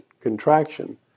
contraction